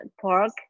pork